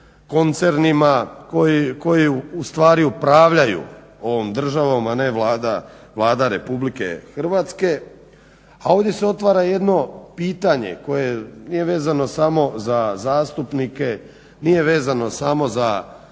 koncernima koji u stvari upravljaju ovom državom, a ne Vlada Republike Hrvatske. A ovdje se otvara jedno pitanje koje nije vezano samo za zastupnike, nije vezano samo za